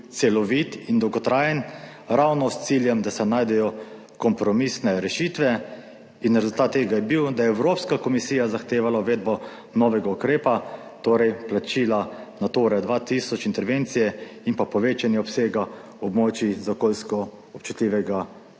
celovit in dolgotrajen ravno s ciljem, da se najdejo kompromisne rešitve in rezultat tega je bil, da je Evropska komisija zahtevala uvedbo novega ukrepa, torej plačila Nature 2000 intervencije in pa povečanje obsega območij z okoljsko občutljivega